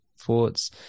thoughts